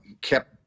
kept